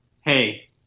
Hey